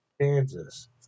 Kansas